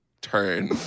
turn